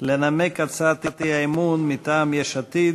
לנמק את הצעת האי-אמון מטעם יש עתיד: